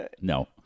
No